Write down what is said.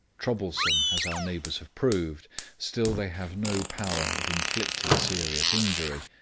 troublesome as our neighbours have proved, still they have no power of inflicting serious injury,